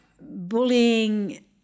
bullying